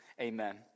amen